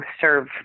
serve